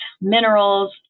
minerals